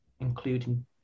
including